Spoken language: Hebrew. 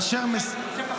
אשר --- אם